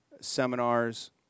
seminars